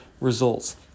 results